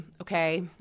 okay